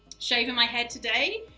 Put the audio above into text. shaving my head today,